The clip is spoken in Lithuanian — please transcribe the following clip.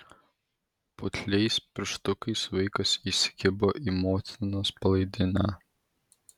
putliais pirštukais vaikas įsikibo į motinos palaidinę